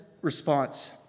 response